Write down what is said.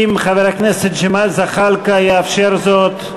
אם חבר הכנסת ג'מאל זחאלקה יאפשר זאת,